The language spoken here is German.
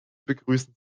begrüßen